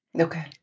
Okay